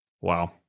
Wow